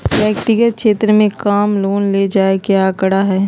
व्यक्तिगत क्षेत्र में कम लोन ले जाये के आंकडा हई